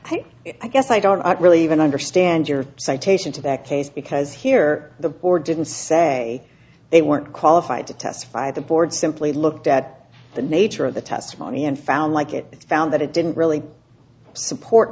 i guess i don't really even understand your citation to that case because here the board didn't say they weren't qualified to testify the board simply looked at the nature of the testimony and found like it found that it didn't really support